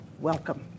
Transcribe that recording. Welcome